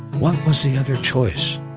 what was the other choice?